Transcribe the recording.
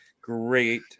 great